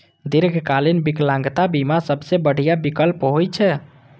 दीर्घकालीन विकलांगता बीमा सबसं बढ़िया विकल्प होइ छै